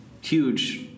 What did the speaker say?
huge